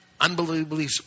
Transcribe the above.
unbelievably